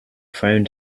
found